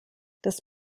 das